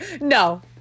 No